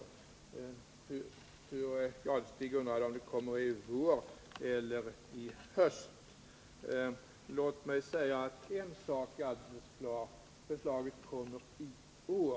Thure Jadestig undrar, om det kommer i vår eller i höst. Låt mig säga att en sak är alldeles klar: Förslaget kommer i år.